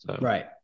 Right